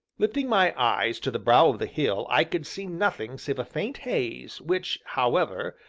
lifting my eyes to the brow of the hill, i could see nothing save a faint haze, which, however,